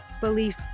belief